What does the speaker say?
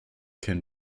can